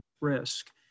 risk